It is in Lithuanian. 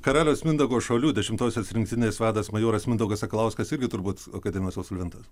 karaliaus mindaugo šaulių dešimtosios rinktinės vadas majoras mindaugas sakalauskas irgi turbūt akademijos absolventa